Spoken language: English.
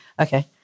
Okay